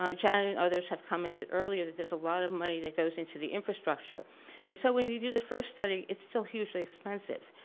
um janet and others have commented that there's a lot of money that goes into the infrastructure and so when you do the first study it's still hugely expensive.